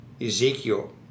Ezekiel